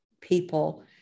people